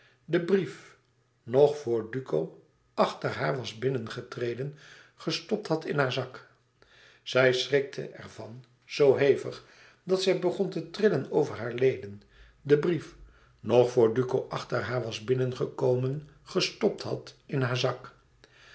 een brief liggen op tafel een brief aan haar adres maar welk adres zij schrikte ervan zoo hevig dat zij begon te trillen over hare leden den brief nog vr duco achter haar was binnengetreden gestopt had in haar zak